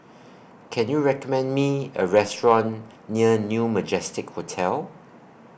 Can YOU recommend Me A Restaurant near New Majestic Hotel